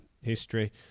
history